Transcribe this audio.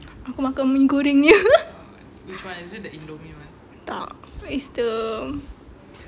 aku makan mee gorengnya tak it's the